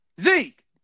Zeke